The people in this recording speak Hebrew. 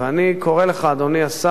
אני קורא לך, אדוני השר,